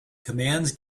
commands